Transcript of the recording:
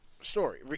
story